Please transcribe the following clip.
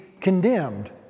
condemned